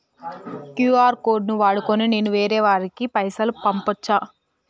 QR code ను వాడుకొని నేను వేరే వారికి పైసలు పంపచ్చా?